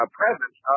presence